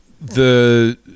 the-